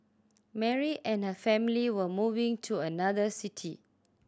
Mary and her family were moving to another city